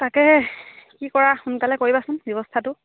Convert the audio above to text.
তাকে কি কৰা সোনকালে কৰিবাচোন ব্যৱস্থাটো